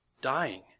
dying